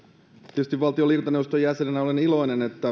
tietysti valtion liikuntaneuvoston jäsenenä olen iloinen että